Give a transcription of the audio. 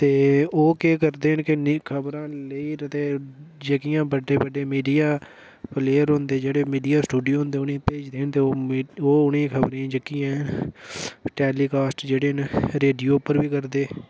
ते ओह् केह् करदे न कि नेईं खबरां लेई'र ते जेह्कियां बड्डे बड्डे मीडिया प्लेयर होंदे जेह्ड़े मीडिया स्टूडियो होंदे उनेंगी भेजदे न ते ओह् उ'नेंगी खबरें गी जेह्कियां ऐ टेलीकास्ट जेह्ड़े न रेडियो उप्पर बी करदे